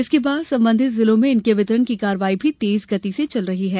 इसके बाद संबंधित जिलों में इनके वितरण की कार्यवाही भी तेज गति से चल रही है